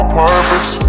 purpose